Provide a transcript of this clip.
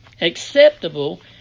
acceptable